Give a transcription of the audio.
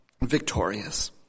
victorious